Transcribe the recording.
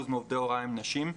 80% מעובדי ההוראה הם נשים,